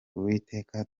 uwiteka